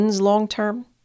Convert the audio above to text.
long-term